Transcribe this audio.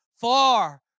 far